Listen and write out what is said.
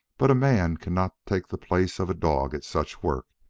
but a man cannot take the place of a dog at such work,